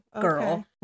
girl